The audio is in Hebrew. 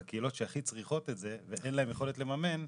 אבל קהילות שהכי צריכות את זה ואין להן יכולת לממן,